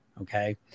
Okay